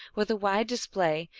with a wide display,